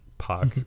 park